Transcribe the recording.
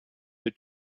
the